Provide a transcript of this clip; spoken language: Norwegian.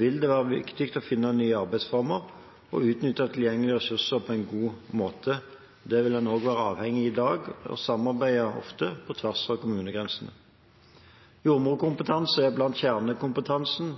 vil det være viktig å finne nye arbeidsformer og å utnytte tilgjengelige ressurser på en god måte. Det vil en også være avhengig av i dag – man samarbeider ofte på tvers av kommunegrensene. Jordmorkompetanse er blant kjernekompetansen